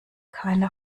keine